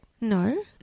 No